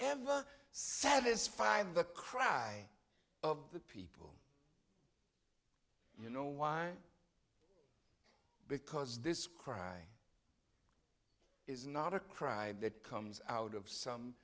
ever satisfy the cry of the people you know why because this crime is not a crime that comes out of some